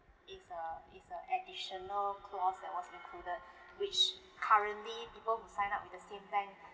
is a is a additional clause that was included which currently people who sign up with the same bank